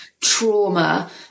trauma